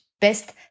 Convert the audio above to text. best